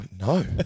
No